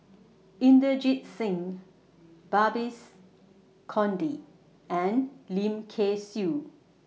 Inderjit Singh Babes Conde and Lim Kay Siu